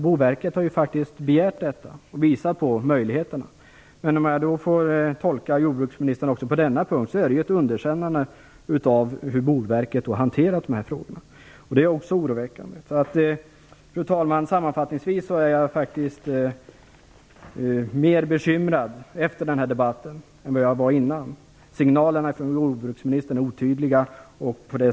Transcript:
Boverket har ju begärt det och även visat på möjligheterna. Som jag tolkar jordbruksministern är det också på denna punkt fråga om ett underkännande av hur Boverket hanterat de här frågorna. Också det är oroväckande. Fru talman! Sammanfattningsvis kan jag säga att jag faktiskt är mer bekymrad efter den här debatten än vad jag var innan. Signalerna från jordbruksministern är otydliga.